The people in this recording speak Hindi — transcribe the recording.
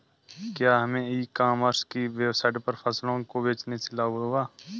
क्या हमें ई कॉमर्स की वेबसाइट पर फसलों को बेचने से लाभ होगा?